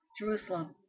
Jerusalem